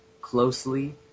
closely